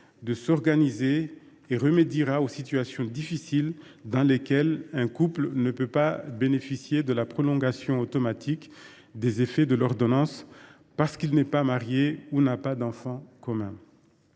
de s’organiser et remédiera aux situations difficiles dans lesquelles un couple ne peut pas bénéficier de la prolongation automatique des effets de l’ordonnance parce qu’il n’est pas marié ou n’a pas d’enfant commun.